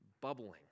bubbling